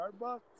Starbucks